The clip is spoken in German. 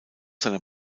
seiner